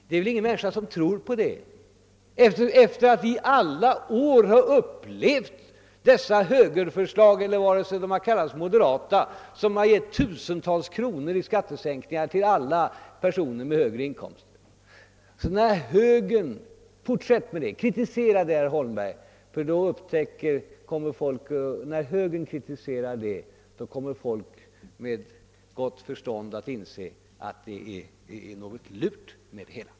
Det är väl ingen som tror på detta resonemang efter att under alla år ha fått uppleva att högern eller moderata samlingspartiet framlagt förslag som skulle ha givit tusentals kronor i skattesänkning till alla personer med högre inkomster. Fortsätt att kritisera vårt förslag, herr Holmberg, ty då kommer folk med gott förstånd att inse att det är något lurt med det hela!